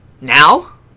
Now